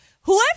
Whoever